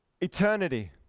eternity